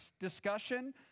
discussion